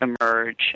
emerge